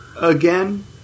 again